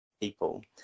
people